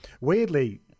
Weirdly